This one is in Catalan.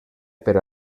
per